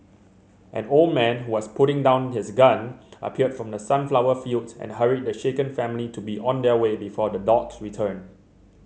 an old man who was putting down his gun appeared from the sunflower fields and hurried the shaken family to be on their way before the dogs return